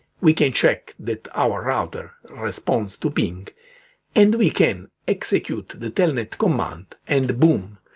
we can check that our router responds to ping and we can execute the telnet command and, boom!